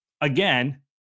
again